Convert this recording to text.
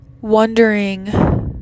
wondering